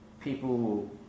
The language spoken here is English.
people